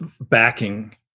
backing